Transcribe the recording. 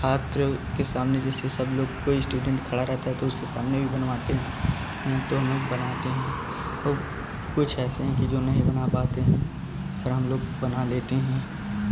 छात्र के सामने जैसे सब लोग कोई स्टूडेंट खड़ा रहता है तो उसके सामने भी बनवाते हैं तो हम लोग बनाते हैं और कुछ ऐसे हैं जो नहीं बना पाते हैं पर हम लोग बना लेते हैं